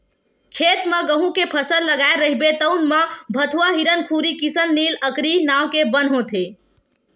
खेत म गहूँ के फसल लगाए रहिबे तउन म भथुवा, हिरनखुरी, किसननील, अकरी नांव के बन होथे